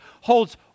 holds